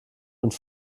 und